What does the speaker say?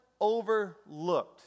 overlooked